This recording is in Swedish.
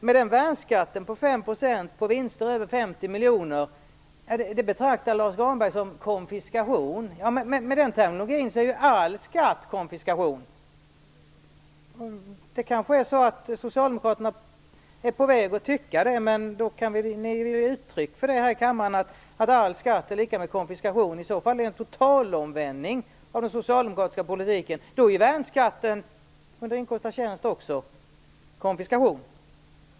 Men värnskatten på 5 % på vinster över 50 miljoner betraktar Lars U Granberg som konfiskation. Med den terminologin är all skatt konfiskation. Det kanske är så att socialdemokraterna är på väg att tycka det, men då kan ni väl ge uttryck för det här i kammaren. I så fall är det en totalomvändning av den socialdemokratiska politiken. Då är värnskatten under inkomst av tjänst också en konfiskation.